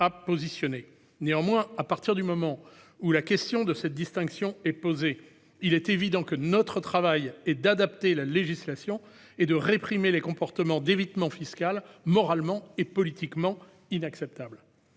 à cerner. Néanmoins, à partir du moment où la question de cette distinction est posée, il est évident que notre travail est d'adapter la législation et de réprimer les comportements d'évitement fiscal, qui sont moralement et politiquement inacceptables.